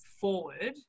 forward